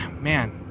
man